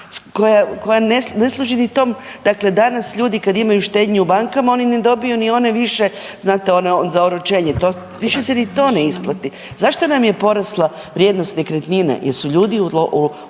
koja ne služi ni tom, dakle danas ljudi kad imaju štednju u bankama oni ne dobiju ni one više za oročenje, više se ni to ne isplati. Zašto nam je porasla vrijednost nekretnine? Jel su ljudi u